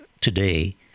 today